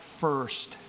first